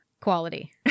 quality